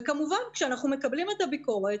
כמובן כשאנחנו מקבלים את הביקורת,